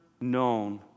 known